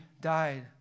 died